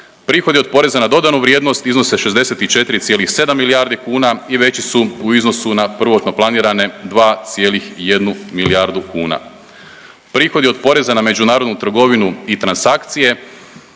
Prihodi od poreza na dodanu vrijednost iznose 64,7 milijardi kuna i veći su u iznosu na prvotno planirane 2,1 milijardu kuna. Prihodi od poreza na međunarodnu trgovinu i transakcije